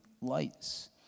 lights